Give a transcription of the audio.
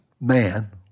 man